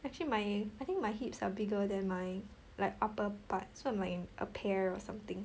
actually my I think my hips are bigger than my like upper part so I'm like a pear or something